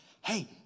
hey